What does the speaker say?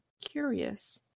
Curious